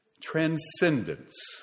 Transcendence